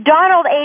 Donald